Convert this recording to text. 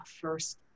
first